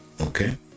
okay